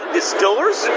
Distillers